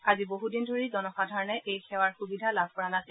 আজি বছদিন ধৰি জনসাধাৰণে এই সেৱাৰ সুবিধা লাভ কৰা নাছিল